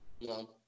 No